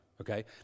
okay